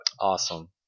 Awesome